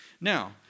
Now